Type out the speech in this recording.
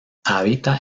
habita